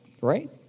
right